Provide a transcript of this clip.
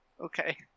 Okay